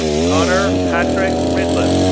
conor patrick ridlon,